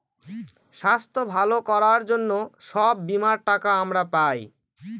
স্বাস্থ্য ভালো করার জন্য সব বীমার টাকা আমরা পায়